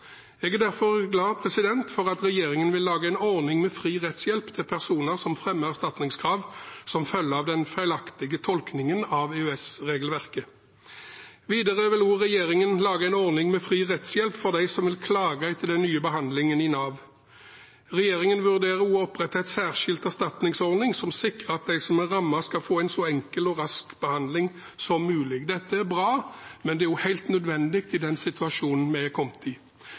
Jeg er derfor glad for at regjeringen vil lage en ordning med fri rettshjelp for personer som fremmer erstatningskrav som følge av den feilaktige tolkningen av EØS-regelverket. Videre vil regjeringen lage en ordning med fri rettshjelp for dem som vil klage etter den nye behandlingen i Nav. Regjeringen vurderer også å opprette en særskilt erstatningsordning som sikrer at de som er rammet, skal få en så enkel og rask behandling som mulig. Dette er bra, men det er også helt nødvendig i den situasjonen vi er kommet i.